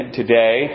today